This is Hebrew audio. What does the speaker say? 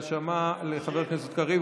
האשמה אל חבר הכנסת קריב,